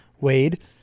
Wade